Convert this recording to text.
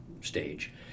stage